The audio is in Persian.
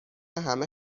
همه